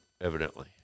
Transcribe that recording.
evidently